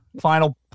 final